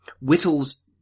Whittle's